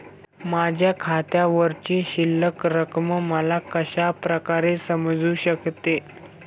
माझ्या खात्यावरची शिल्लक रक्कम मला कशा प्रकारे समजू शकते?